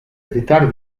evitare